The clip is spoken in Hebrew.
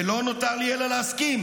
ולא נותר לי אלא להסכים.